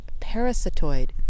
parasitoid